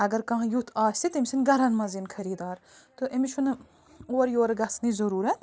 اگر کانٛہہ یُتھ آسہِ تٔمِس یِن گَرن منٛز یِن خٔری دار تہٕ أمِس چھُنہٕ اورٕ یورٕ گَژھنٕچ ضُرورت